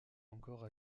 encore